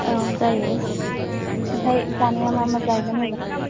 औ जायो ओमफ्राय जानाया मा मा जाहैगोन होजोंहाय